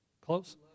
Close